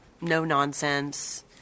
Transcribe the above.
no-nonsense